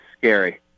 scary